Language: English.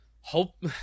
hope